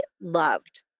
loved